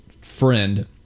friend